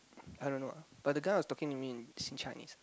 I don't know ah but the guys was talking to me in Chinese